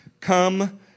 come